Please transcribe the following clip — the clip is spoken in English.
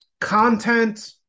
content –